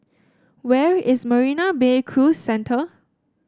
where is Marina Bay Cruise Centre